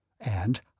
And